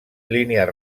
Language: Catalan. línies